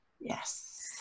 Yes